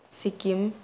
Sikkim